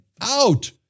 out